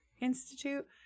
institute